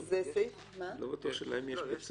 אני לא בטוח שיש להם בצבע.